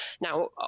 now